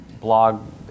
blog